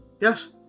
Yes